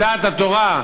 את דעת התורה,